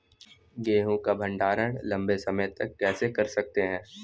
गेहूँ का भण्डारण लंबे समय तक कैसे कर सकते हैं?